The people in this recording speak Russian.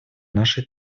нашей